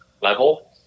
level